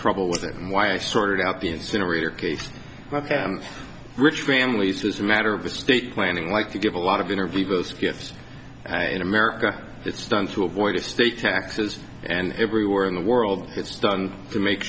trouble with that and why i sorted out the incinerator case rich families as a matter of the state planning like to give a lot of interview both gifts in america it's done to avoid estate taxes and everywhere in the world it's done to make